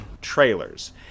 Trailers